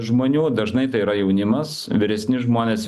žmonių dažnai tai yra jaunimas vyresni žmonės